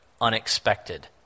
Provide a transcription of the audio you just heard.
unexpected